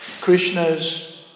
Krishna's